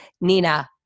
Nina